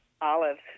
Olives